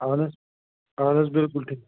اَہَن حظ اَہَن حظ بِلکُل ٹھیٖک